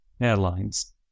Airlines